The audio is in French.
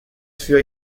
fut